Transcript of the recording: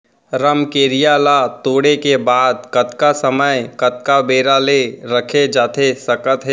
रमकेरिया ला तोड़े के बाद कतका समय कतका बेरा ले रखे जाथे सकत हे?